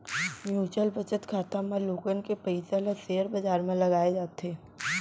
mutual बचत खाता म लोगन के पइसा ल सेयर बजार म लगाए जाथे